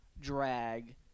drag